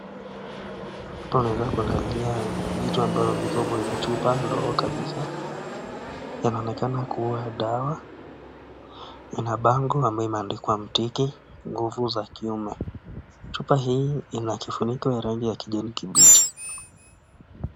Hapa unaweza kuangalia vitu ambavyo viko kwenye chupa ndogo kabisa, inaonekana kuwa dawa, ina bango ambayo imeandikwa mtiki nguvu za kiume. Chupa hii ina kifuniko ya rangi ya kijani kibichi.